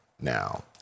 now